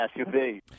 SUV